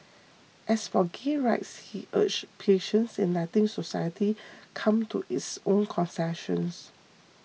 as for gay rights he urged patience in letting society come to its own consensus